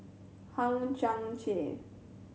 Hang Chang Chieh